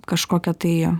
kažkokią tai